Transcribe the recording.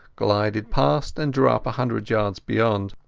glided past and drew up a hundred yards beyond.